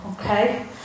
okay